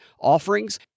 offerings